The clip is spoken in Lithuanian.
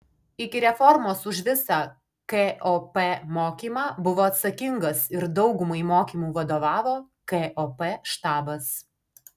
iki reformos už visą kop mokymą buvo atsakingas ir daugumai mokymų vadovavo kop štabas